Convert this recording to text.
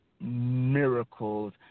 miracles